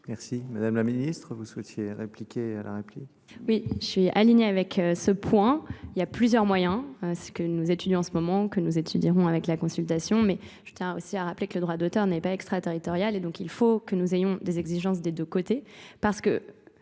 Merci. Madame la ministre, vous souhaitiez répliquer à la réplique ? Oui, je suis alignée avec ce point. Il y a plusieurs moyens, ce que nous étudions en ce moment, que nous étudierons avec la consultation, mais je tiens aussi à rappeler que le droit d'auteur n'est pas extraterritorial et donc il faut que nous ayons des exigences des deux côtés,